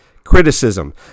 Criticism